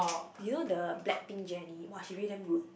you know the Black-Pink Jennie !wah! she really damn good